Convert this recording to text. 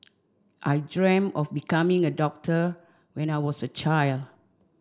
I dreamt of becoming a doctor when I was a child